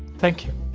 thank you